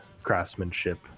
craftsmanship